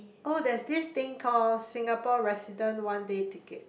oh there's this thing called Singapore resident one day ticket